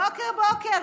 בוקר-בוקר,